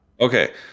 Okay